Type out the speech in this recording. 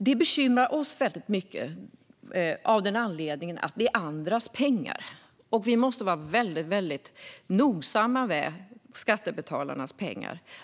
Det bekymrar oss mycket av den anledningen att det är andras pengar och vi måste vara väldigt noggranna med skattebetalarnas pengar.